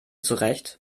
zurecht